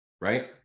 Right